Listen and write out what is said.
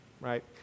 right